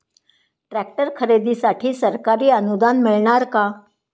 Tractor खरेदीसाठी सरकारी अनुदान मिळणार का?